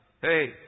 Hey